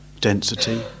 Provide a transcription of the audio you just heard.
density